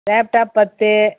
laptop பத்து